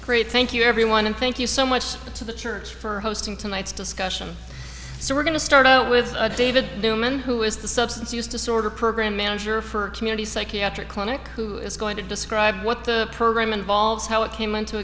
create thank you everyone and thank you so much to the church for hosting tonight's discussion so we're going to start out with a david newman who is the substance use disorder program manager for community psychiatric clinic who is going to describe what the program involves how it came into